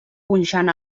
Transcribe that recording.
punxen